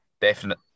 Definite